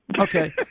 okay